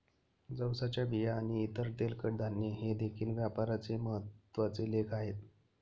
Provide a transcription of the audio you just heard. जवसाच्या बिया आणि इतर तेलकट धान्ये हे देखील व्यापाराचे महत्त्वाचे लेख आहेत